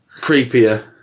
creepier